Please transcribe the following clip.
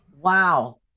Wow